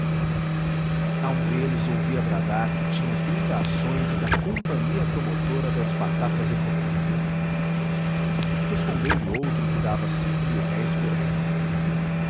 a um deles ouvia bradar que tinha trinta ações da companhia promotora das batatas econômicas respondeu-lhe outro que dava cinco mil-réis por elas